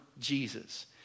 Jesus